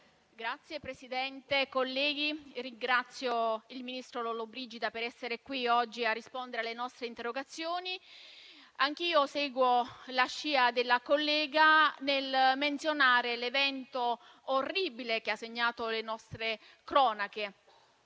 Signora Presidente, colleghi, ringrazio il ministro Lollobrigida per essere qui oggi a rispondere alle nostre interrogazioni. Anch'io seguo la scia della collega nel menzionare l'evento orribile che ha segnato le nostre cronache,